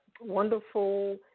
wonderful